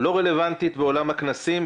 לא רלוונטית בעולם הכנסים,